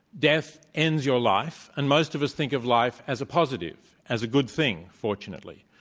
death ends your life, and most of us think of life as a positive, as a good thing, fortunately.